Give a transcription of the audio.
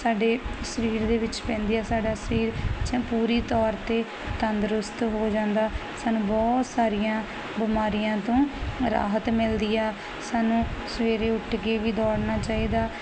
ਸਾਡੇ ਸਰੀਰ ਦੇ ਵਿੱਚ ਪੈਂਦੀ ਆ ਸਾਡਾ ਸਰੀਰ ਪੂਰੀ ਤੌਰ ਤੇ ਤੰਦਰੁਸਤ ਹੋ ਜਾਂਦਾ ਸਾਨੂੰ ਬਹੁਤ ਸਾਰੀਆਂ ਬਿਮਾਰੀਆਂ ਤੋਂ ਰਾਹਤ ਮਿਲਦੀ ਆ ਸਾਨੂੰ ਸਵੇਰੇ ਉੱਠ ਕੇ ਵੀ ਦੌੜਨਾ ਚਾਹੀਦਾ